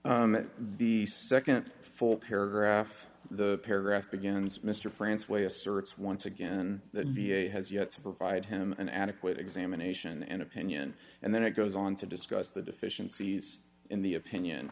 comes the nd full paragraph the paragraph begins mr france way asserts once again the v a has yet to provide him an adequate examination and opinion and then it goes on to discuss the deficiencies in the opinion